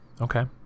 okay